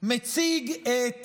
מציג את